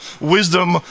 wisdom